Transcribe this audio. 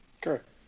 Correct